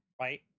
Right